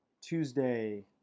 Tuesday